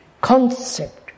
concept